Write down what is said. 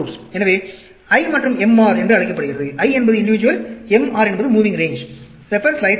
இதுவே I மற்றும் MR என்று அழைக்கப்படுகிறது I என்பது individual MR என்பது moving range